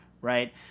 right